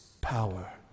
power